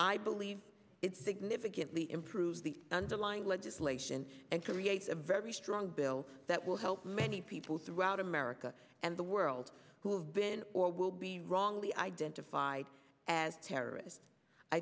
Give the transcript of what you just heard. i believe it significantly improves the underlying legislation and creates a very strong bill that will help many people throughout america and the world who have been or will be wrongly identified as terrorists i